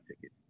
ticket